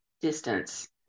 distance